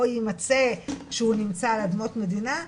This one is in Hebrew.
או ימצא שהוא נמצא על אדמות מדינה,